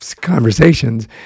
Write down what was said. conversations